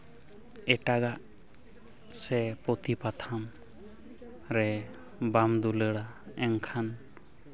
ᱮᱴᱟᱜᱟᱜ ᱥᱮ ᱯᱩᱛᱷᱤ ᱯᱟᱛᱷᱟᱢ ᱨᱮ ᱵᱟᱢ ᱫᱩᱞᱟᱹᱲᱟ ᱮᱱᱠᱷᱟᱱ